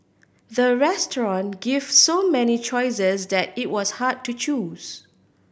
the restaurant gave so many choices that it was hard to choose